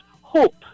hope